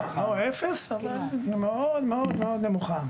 לא אפס, אבל מאוד נמוכה.